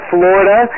Florida